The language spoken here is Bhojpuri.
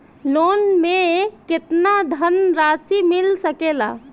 लोन मे केतना धनराशी मिल सकेला?